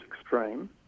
extreme